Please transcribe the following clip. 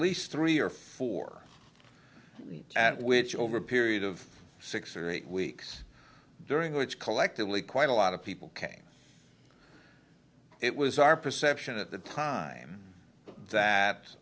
least three or four at which over a period of six or eight weeks during which collectively quite a lot of people came it was our perception at the time that